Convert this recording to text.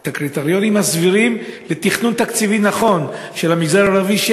את הקריטריונים הסבירים לתכנון תקציבי נכון למגזר הערבי,